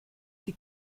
die